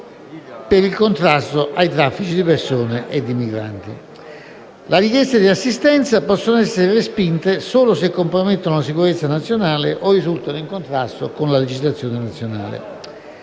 per il contrasto ai traffici di persone e di migranti. Le richieste di assistenza possono essere respinte solo se compromettono la sicurezza nazionale o risultano in contrasto con la legislazione nazionale.